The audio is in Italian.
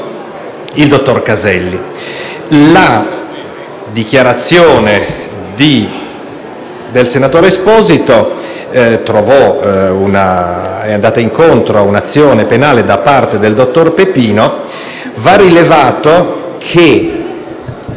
il dottor Caselli. La dichiarazione del senatore Esposito è andata incontro ad un'azione penale da parte del dottor Pepino. Va rilevato che